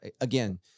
again